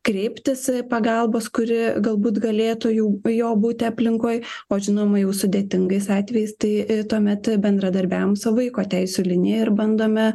kreiptis pagalbos kuri galbūt galėtų jau jo būti aplinkoj o žinoma jau sudėtingais atvejais tai tuomet bendradarbiavom su vaiko teisių linija ir bandome